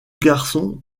garçons